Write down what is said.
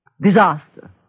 Disaster